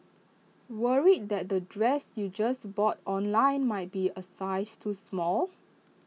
worried that the dress you just bought online might be A size too small